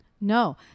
No